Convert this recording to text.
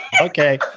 Okay